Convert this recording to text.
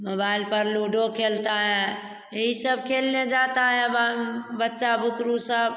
mobile पर ludo खेलता है यही सब खेलने जाता है बच्चा बुतरू सब